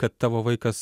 kad tavo vaikas